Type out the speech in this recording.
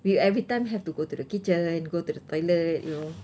we every time have to go to the kitchen go to the toilet you know